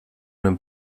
dem